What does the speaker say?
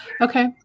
Okay